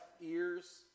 ears